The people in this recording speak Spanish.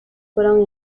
fueron